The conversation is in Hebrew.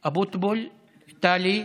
אבוטבול, טלי,